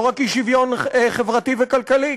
לא רק אי-שוויון חברתי וכלכלי,